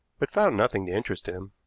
but found nothing to interest him.